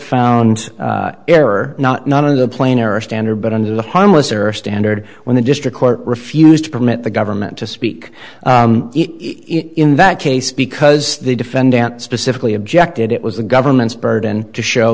found error not of the plane or a standard but under the harmless error standard when the district court refused to permit the government to speak in that case because the defendant specifically objected it was the government's burden to show